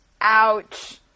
Ouch